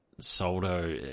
Soldo